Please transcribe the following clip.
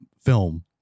film